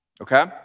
okay